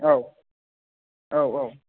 औ औ औ